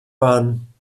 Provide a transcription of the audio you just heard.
waren